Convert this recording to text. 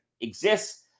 exists